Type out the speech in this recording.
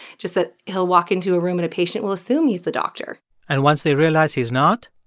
just that he'll walk into a room and a patient will assume he's the doctor and once they realize he's not,